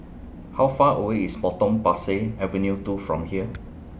How Far away IS Potong Pasir Avenue two from here